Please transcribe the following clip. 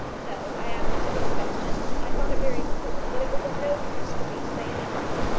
no i asked him no questions. i thought it very cruel, but it was of no use for me to say anything.